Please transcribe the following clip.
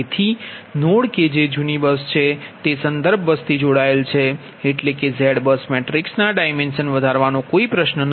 તેથી નોડ કે જે જૂની બસ છે તે સંદર્ભ બસથી જોડાયેલી છે એટલે કે Z બસ મેટ્રિક્સના ડાઇમેન્શન વધારવાનો કોઈ પ્રશ્ન નથી